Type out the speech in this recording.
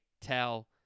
Tell